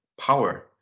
power